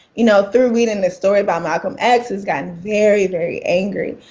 you know, through reading this story about malcolm x, he's gotten very, very angry.